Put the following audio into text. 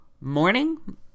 morning